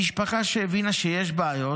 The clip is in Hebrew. המשפחה שהבינה שיש בעיות,